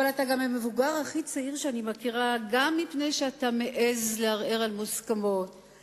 אבל אתה המבוגר הכי צעיר שאני מכירה גם מפני שאתה מעז לערער על מוסכמות,